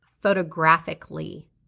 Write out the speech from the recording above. photographically